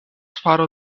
faro